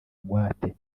ingwate